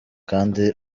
kandi